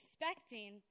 expecting